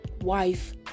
wife